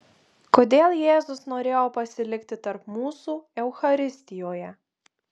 kodėl jėzus norėjo pasilikti tarp mūsų eucharistijoje